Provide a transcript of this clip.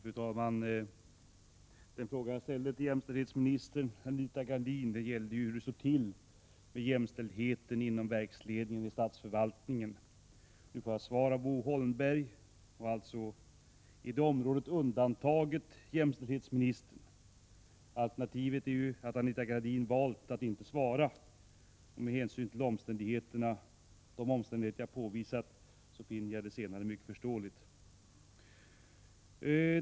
Fru talman! Den fråga som jag ställde till jämställdhetsminister Anita Gradin gällde hur det står till med jämställdheten inom verksledningar i statsförvaltningen. Nu får jag svar av Bo Holmberg. Alltså är det aktuella området undantaget jämställdhetsministern — alternativet är att Anita Gradin valt att inte svara, och med hänsyn till de omständigheter som jag påvisat finner jag det senare mycket förståeligt.